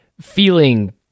feeling